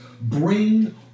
bring